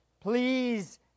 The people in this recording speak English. Please